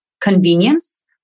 convenience